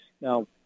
now